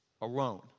alone